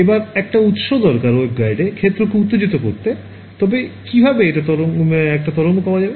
এবার একটা উৎস দরকার waveguideএ ক্ষেত্রকে উত্তেজিত করতে তবে কিভাবে একটা তরঙ্গ পাওয়া যাবে